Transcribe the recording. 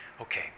Okay